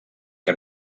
que